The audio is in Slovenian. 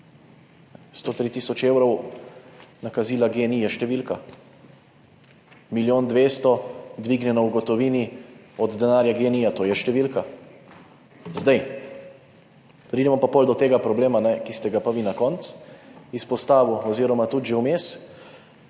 103 tisoč nakazila GEN-I je številka. Milijon 200 dvignjeno v gotovini od denarja GEN-I, to je številka. Zdaj pridemo pa pol do tega problema, ki ste ga pa vi na koncu izpostavil oz. tudi že vmes,